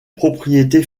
propriétés